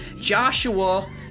Joshua